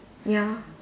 ya